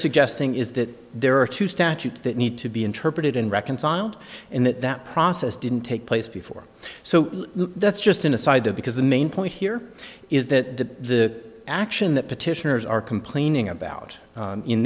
suggesting is that there are two statutes that need to be interpreted and reconciled and that that process didn't take place before so that's just an aside because the main point here is that the action that petitioners are complaining about